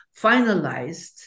finalized